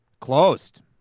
Closed